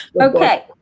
okay